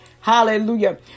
Hallelujah